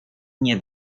nie